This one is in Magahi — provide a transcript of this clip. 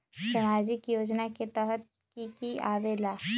समाजिक योजना के तहद कि की आवे ला?